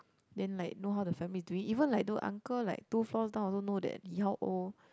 then like know how the family is doing even like the uncle like two floors down also know that he how old